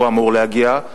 הוא אמור להגיע,